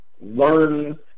learn